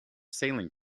sailing